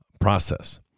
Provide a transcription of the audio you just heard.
process